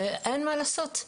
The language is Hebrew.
שאין מה לעשות,